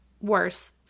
worse